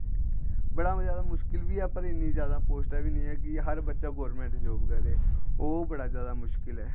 बड़ा जैदा मुश्कल बी ऐ पर इन्नी जैदा पोस्टां बी निं ऐ कि हर बच्चा गौरमैंट जॉब करै ओह् बड़ा जैदा मुश्कल ऐ